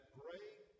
great